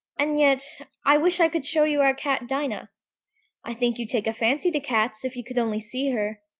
and yet i wish i could show you our cat dinah i think you'd take a fancy to cats if you could only see her.